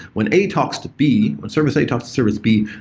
when a talks to b, when service a talks to service b,